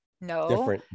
No